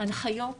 הנחיות טובות,